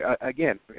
again